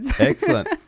Excellent